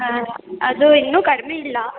ಹಾಂ ಅದು ಇನ್ನು ಕಡ್ಮಿ ಇಲ್ಲಾ